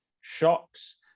shocks